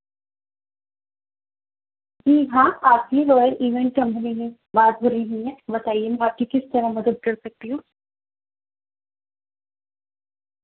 جی ہاں آپ کی رائیل ایونٹ کمنی میں بات ہو رہی ہے بتائیے میں آپ کی کس طرح مدد کر سکتی ہوں